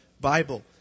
Bible